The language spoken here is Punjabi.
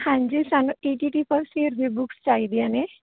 ਹਾਂਜੀ ਸਾਨੂੰ ਈਟੀਟੀ ਫਸਟ ਈਅਰ ਦੀਆਂ ਬੁੱਕਸ ਚਾਹੀਦੀਆਂ ਨੇ